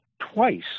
twice